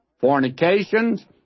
fornications